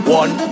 one